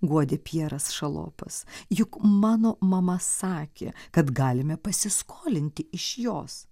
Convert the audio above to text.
guodė pjeras šalopas juk mano mama sakė kad galime pasiskolinti iš jos